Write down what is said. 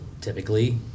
typically